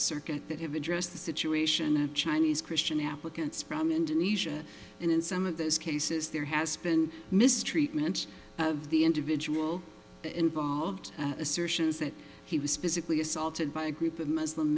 circuit that have address the situation of chinese christian applicants from indonesia and in some of those cases there has been mistreatment of the individual involved assertions that he was physically assaulted by a group of muslim